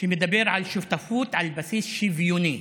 שמדבר על שותפות על בסיס שוויוני.